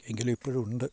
എങ്കിലുമിപ്പോഴും ഉണ്ട്